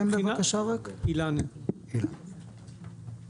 המנדט שלנו הוא אכיפה במטרה להוריד את תאונות